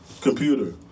computer